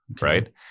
right